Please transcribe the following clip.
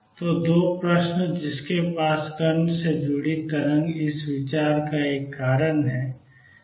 तो 2 प्रश्न जिनके पास कण से जुड़ी तरंग के इस विचार का एक कारण है